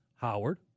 Howard